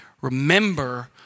Remember